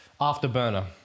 Afterburner